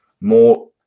more